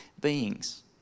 beings